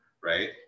right